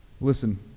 Listen